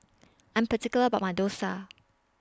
I Am particular about My Dosa